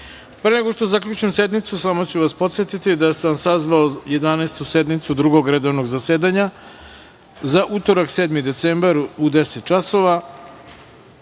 nego što zaključim sednicu samo ću vas podsetiti da sam sazvao Jedanaestu sednicu Drugog redovnog zasedanja za utorak, 7. decembar, u 10.00